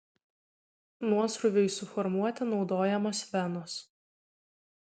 nuosrūviui suformuoti naudojamos venos